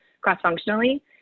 cross-functionally